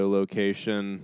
location